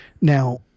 Now